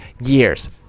years